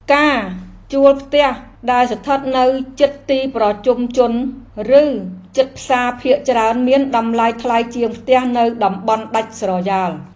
ការជួលផ្ទះដែលស្ថិតនៅជិតទីប្រជុំជន ឬជិតផ្សារភាគច្រើនមានតម្លៃថ្លៃជាងផ្ទះនៅតំបន់ដាច់ស្រយាល។